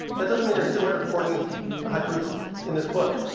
that doesn't mean there's two hundred and fourteen haikus in this book,